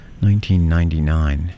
1999